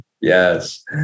Yes